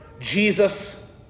Jesus